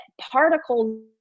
particles